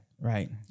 Right